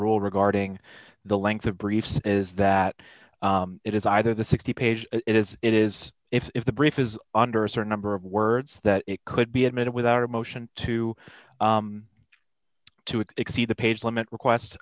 rule regarding the length of briefs is that it is either the sixty page it is it is if the brief is under a certain number of words that it could be admitted without a motion to to exceed the page limit request